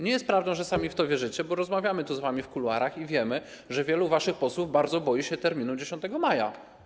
Nie jest prawdą, że sami w to wierzycie, bo rozmawiamy z wami w kuluarach i wiemy, że wielu waszych posłów bardzo boi się terminu 10 maja.